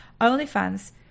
OnlyFans